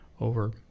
over